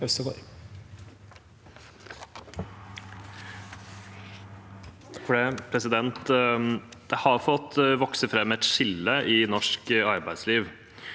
Det har fått vokse fram et skille i norsk arbeidsliv.